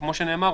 כמו שנאמר,